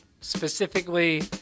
Specifically